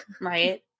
Right